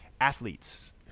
athletes